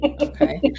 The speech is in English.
okay